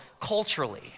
culturally